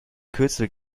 kürzel